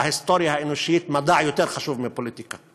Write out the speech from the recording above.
בהיסטוריה האנושית מדע יותר חשוב מפוליטיקה,